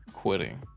Quitting